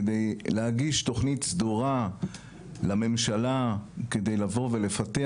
כדי להגיש תוכנית סדורה לממשלה כדי לבוא ולפתח,